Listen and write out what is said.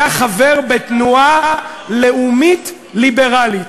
היה חבר בתנועה לאומית ליברלית.